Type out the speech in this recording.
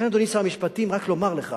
לכן, אדוני שר המשפטים, רק לומר לך,